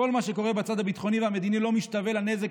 כל מה שקורה בצד הביטחוני והמדיני לא משתווה לנזק